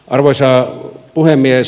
arvoisa puhemies